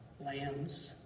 lambs